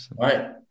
right